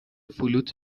فلوت